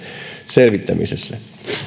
selvittämisessä